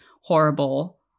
horrible